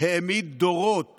העמיד דורות